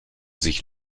sich